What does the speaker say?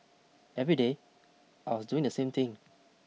every day I was doing the same thing